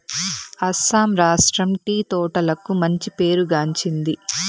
అస్సాం రాష్ట్రం టీ తోటలకు మంచి పేరు గాంచింది